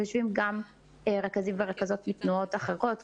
יושבים גם רכזים ורכזות של תנועות אחרות כמו: